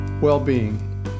well-being